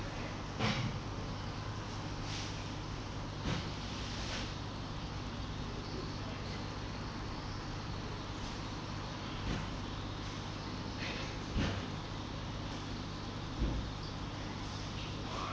ya